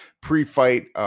pre-fight